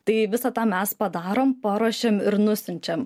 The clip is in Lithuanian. tai visą tą mes padarom paruošiam ir nusiunčiam